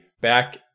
back